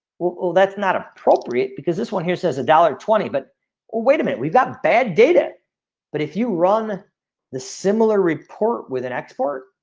oh, that's not appropriate because this one here, says a dollar twenty but wait a minute. we've got bad data but if you run the similar report with an export